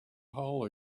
hole